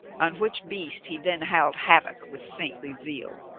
on which beast he then howled havoc with saintly zeal.